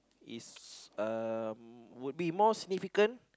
is a would be more significant